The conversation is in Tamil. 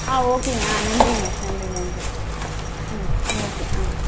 ஆ ஓகேங்க ஆ நன்றிங்க நன்றி நன்றி ம் ம் ஓகே ஆ